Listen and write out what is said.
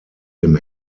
dem